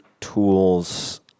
tools